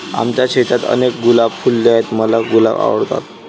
आमच्या शेतात अनेक गुलाब फुलले आहे, मला गुलाब आवडतात